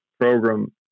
program